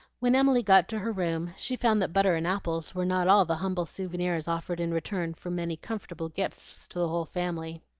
when emily got to her room, she found that butter and apples were not all the humble souvenirs offered in return for many comfortable gifts to the whole family.